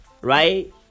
right